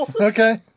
Okay